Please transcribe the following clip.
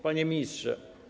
Panie Ministrze!